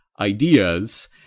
ideas